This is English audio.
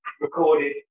recorded